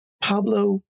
Pablo